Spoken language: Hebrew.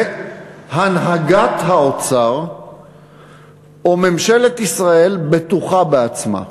והנהגת האוצר או ממשלת ישראל בטוחה בעצמה.